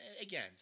again